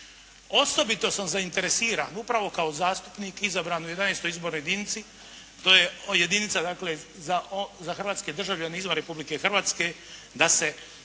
Osobito sam zainteresiran upravo kao zastupnik izabran u XI. izbornoj jedinici, to je jedinica dakle za hrvatske državljane izvan Republike Hrvatske, da se